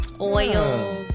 oils